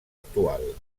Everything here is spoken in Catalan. actual